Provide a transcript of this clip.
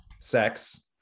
sex